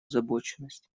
озабоченность